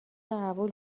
قبول